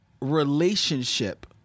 relationship